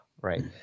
right